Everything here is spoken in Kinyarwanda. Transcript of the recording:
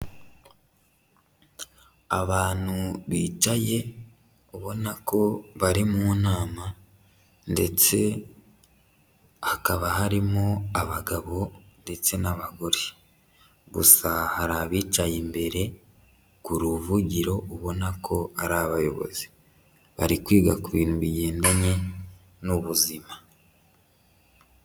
Abantu bicaye ubona ko bari mu nama ndetse hakaba harimo abagabo ndetse n'abagore, gusa hari abicaye imbere, ku ruvugiro ubona ko ari abayobozi, bari kwiga ku bintu bigendanye n'ubuzima.